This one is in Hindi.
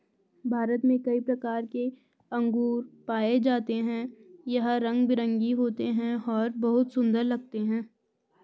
भारत में कई प्रकार के अंगूर पाए जाते हैं यह रंग बिरंगे होते हैं और बहुत सुंदर लगते हैं